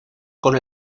con